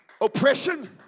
Oppression